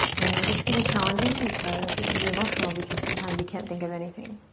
and this can be challenging because it can be emotional because sometimes you can't think of anything.